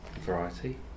...variety